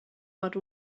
but